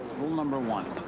rule number one,